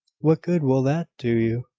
what good will that do you?